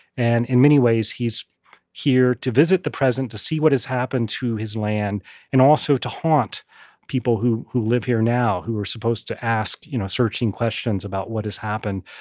and in many ways, he's here to visit the present, to see what has happened to his land and also to haunt people who who live here now who are supposed to ask, you know, searching questions about what has happened.